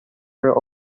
were